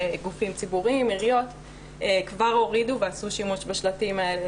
גופים ציבוריים ועיריות כבר הורידו ועשו שימוש בשלטים האלה.